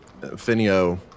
Finio